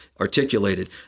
articulated